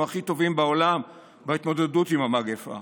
הכי טובים בעולם בהתמודדות עם המגפה